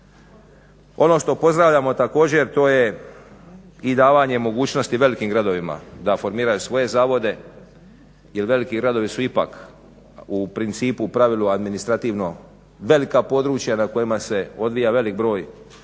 Ono što pozdravljamo također to je i davanje mogućnosti velikim gradovima da formiraju svoje zavode jer veliki gradovi su ipak u principu u pravilo administrativno velika područja na kojima se odvija velik broj